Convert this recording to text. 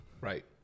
Right